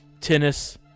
tennis